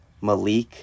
Malik